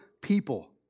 people